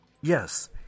Yes